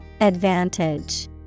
Advantage